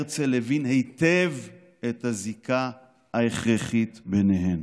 הרצל הבין היטב את הזיקה ההכרחית ביניהן.